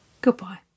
goodbye